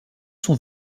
sont